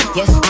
yes